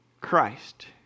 Christ